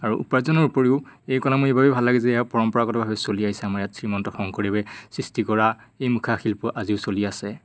আৰু উপাৰ্জনৰ উপৰিও এই কলা মোৰ এইবাবে ভাল লাগে যে পৰম্পৰাগতভাৱে চলি আহিছে আমাৰ ইয়াত শ্ৰীমন্ত শংকৰদেৱে সৃষ্টি কৰা এই মুখা শিল্প আজিও চলি আছে